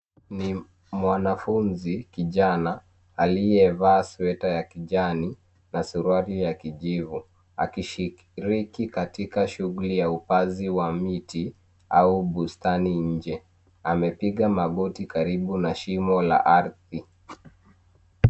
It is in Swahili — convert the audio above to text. Ni mwanafuzi, kijana aliyevaa sweta ya kijani na suruali ya kijivu, akishiriki katika shughuli ya upazi wa miti au bustani nje. Amepiga magoti karibu na shimo la ardhi.